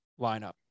lineup